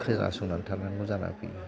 खोनासंनानै थानांगौ जाना फैयो